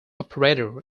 operator